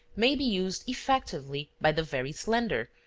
may be used effectively by the very slender,